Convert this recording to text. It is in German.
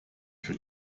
für